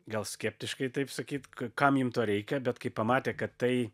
gal skeptiškai taip sakyt kam jum to reikia bet kai pamatė kad tai